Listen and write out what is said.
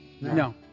No